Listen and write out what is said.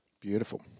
Beautiful